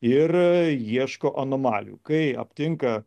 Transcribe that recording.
ir ieško anomalijų kai aptinka